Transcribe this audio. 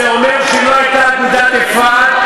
זה אומר שאם לא הייתה אגודת "אפרת"